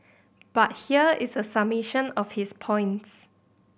but here is a summation of his points